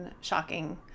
shocking